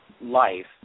life